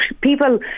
people